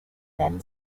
then